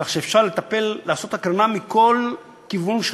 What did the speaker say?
כך שאפשר לעשות הקרנה מכל כיוון של